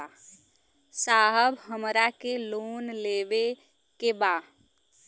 साहब हमरा के लोन लेवे के बा